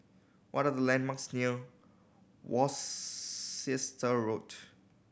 what are the landmarks near Worcester Road